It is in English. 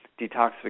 detoxification